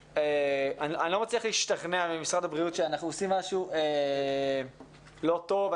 אני לא מצליח להשתכנע ממשרד הבריאות שאנחנו עושים משהו לא טוב.